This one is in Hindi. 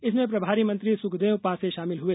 इसमें प्रभारी मंत्री सुखदेव पांसे शामिल हुए